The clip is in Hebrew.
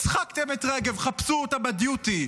הצחקתם את רגב, חפשו אותה בדיוטי.